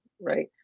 right